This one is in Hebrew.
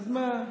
אז מה,